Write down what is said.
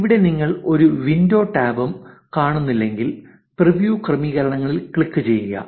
ഇവിടെ നിങ്ങൾ ഒരു വിൻഡോ ടാബും കാണുന്നില്ലെങ്കിൽ പ്രിവ്യൂ ക്രമീകരണങ്ങളിൽ ക്ലിക്കുചെയ്യുക